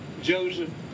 Joseph